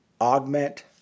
augment